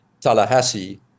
Tallahassee